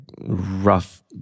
rough